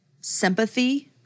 sympathy